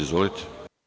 Izvolite.